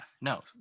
no